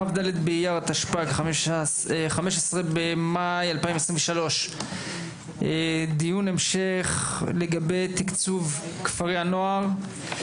כ"ד באייר התשפ"ג 15 במאי 2023. דיון המשך לגבי תקצוב כפרי הנוער.